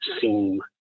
seem